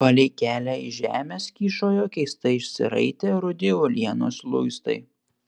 palei kelią iš žemės kyšojo keistai išsiraitę rudi uolienos luistai